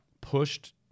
pushed